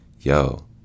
yo